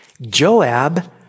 Joab